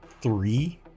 three